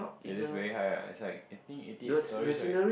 it is very high ah it's like I think eighty eight stories right